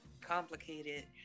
complicated